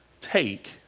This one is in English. take